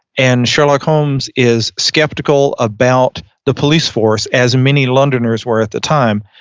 and sherlock holmes is skeptical about the police force as many londoners were at the time.